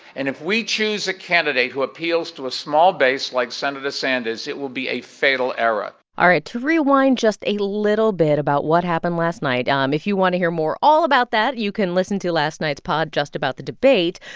and if we choose a candidate who appeals to a small base, like senator sanders, it will be a fatal error all right, to rewind just a little bit about what happened last night um if you want to hear more all about that, you can listen to last night's pod just about the debate.